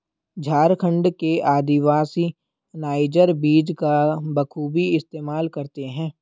झारखंड के आदिवासी नाइजर बीज का बखूबी इस्तेमाल करते हैं